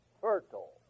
fertile